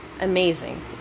amazing